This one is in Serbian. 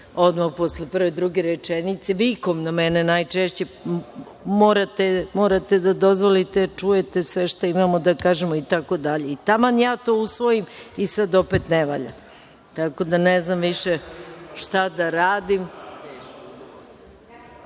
odmah posle prve, druge rečenice, vikom na mene najčešće morate da dozvolite da čujete sve što imamo da kažemo itd. Taman ja to usvojim i sad opet ne valja. Tako da, ne znam više šta da